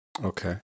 Okay